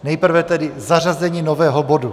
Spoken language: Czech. Nejprve tedy zařazení nového bodu.